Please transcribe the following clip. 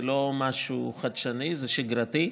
זה לא משהו חדשני, זה שגרתי,